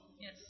Yes